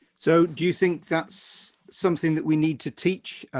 so do you think that's something that we need to teach,